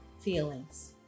feelings